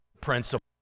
principle